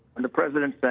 and the president